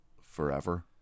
forever